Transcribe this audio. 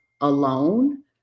alone